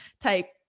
type